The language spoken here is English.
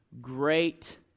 Great